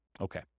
Okay